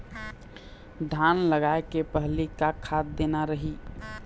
धान लगाय के पहली का खाद देना रही?